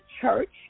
church